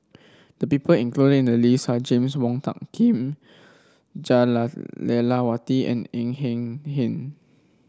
the people included in the list are James Wong Tuck Kim Jah Lelawati and Ng Eng Hen